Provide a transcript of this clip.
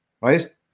right